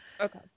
Okay